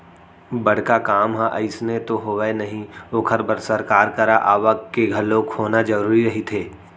बड़का काम ह अइसने तो होवय नही ओखर बर सरकार करा आवक के घलोक होना जरुरी रहिथे